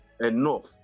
enough